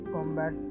Combat